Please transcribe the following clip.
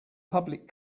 public